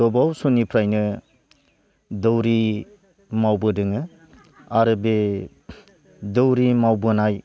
गोबाव समनिफ्रायनो दौरि माबोदोंङो आरो बे दौरि मावबोनाय